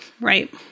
right